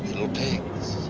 little pigs,